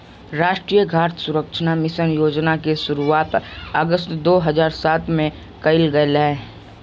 राष्ट्रीय खाद्य सुरक्षा मिशन योजना के शुरुआत अगस्त दो हज़ार सात में कइल गेलय